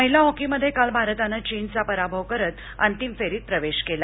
महिला हॉक म ये काल भारतानं चीनचा पराभव करत अंतिम फेरीत वेश केला